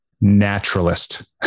naturalist